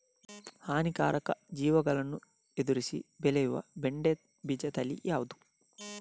ಹಾನಿಕಾರಕ ಜೀವಿಗಳನ್ನು ಎದುರಿಸಿ ಬೆಳೆಯುವ ಬೆಂಡೆ ಬೀಜ ತಳಿ ಯಾವ್ದು?